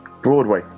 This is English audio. Broadway